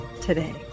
today